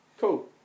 Cool